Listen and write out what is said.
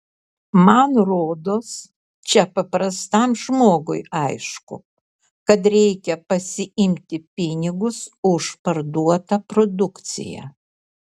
man rodos čia paprastam žmogui aišku kad reikia pasiimti pinigus už parduotą produkciją